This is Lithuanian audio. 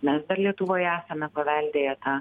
mes lietuvoje esame paveldėję tą